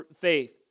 faith